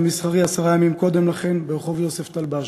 מסחרי עשרה ימים קודם לכן ברחוב יוספטל באשדוד.